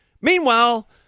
Meanwhile